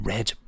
Red